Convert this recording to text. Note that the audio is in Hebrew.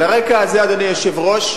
על הרקע הזה, אדוני היושב-ראש,